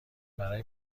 برای